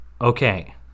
Okay